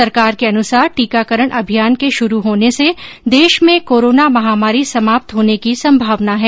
सरकार के अनुसार टीकाकरण अभियान के शुरू होने से देश में कोरोना महामारी समाप्त होने की संभावना है